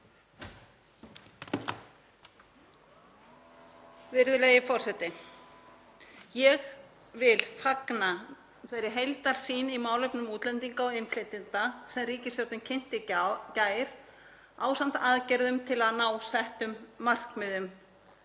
Virðulegi forseti. Ég vil fagna þeirri heildarsýn í málefnum útlendinga og innflytjenda sem ríkisstjórnin kynnti í gær ásamt aðgerðum til að ná markmiðum